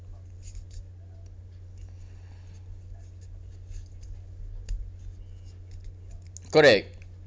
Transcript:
correct